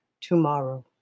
tomorrow